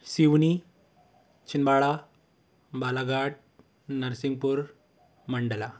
Seoni Chhindwara Balaghat Narsinghpur Mandla